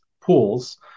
pools